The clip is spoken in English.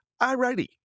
Alrighty